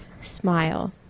smile